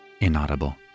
inaudible